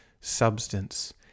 substance